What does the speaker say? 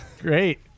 Great